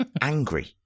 angry